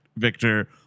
victor